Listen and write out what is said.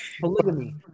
Polygamy